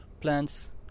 plants